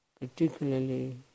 particularly